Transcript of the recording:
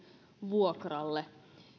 vuokralle